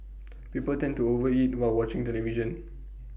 people tend to over eat while watching television